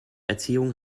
erziehung